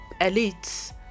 elites